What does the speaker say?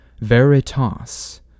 Veritas